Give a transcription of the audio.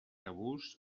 abús